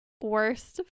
worst